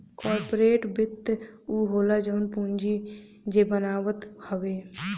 corporate वित्त उ होला जवन पूंजी जे बनावत हवे